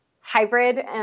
hybrid